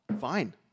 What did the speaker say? Fine